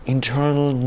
Internal